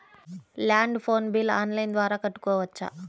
Land phone bill online ద్వారా కట్టుకోవచ్చు?